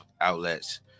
outlets